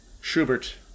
Schubert